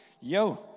yo